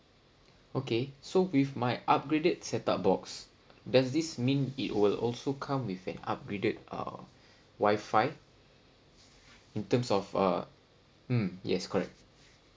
okay so with my upgraded set up box does this mean it will also come with an upgraded uh wifi in terms of uh mm yes correct